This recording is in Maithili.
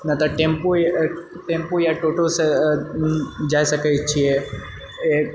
अगर टेम्पू टेम्पू या टोटोसे जाए सकैत छिए